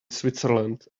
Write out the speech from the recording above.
switzerland